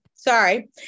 Sorry